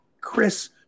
Chris